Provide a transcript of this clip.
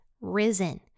risen